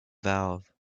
valve